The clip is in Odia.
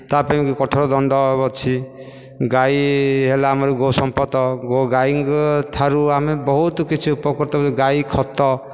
ତା ପାଇଁକି କଠୋର ଦଣ୍ଡ ଅଛି ଗାଈ ହେଲା ଆମର ଗୋ ସମ୍ପଦ ଗାଈ ଠାରୁ ଆମେ ବହୁତ କିଛି ଉପକୃତ ହଉ ଗାଈ ଖତ